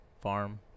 farm